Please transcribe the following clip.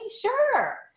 Sure